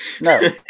No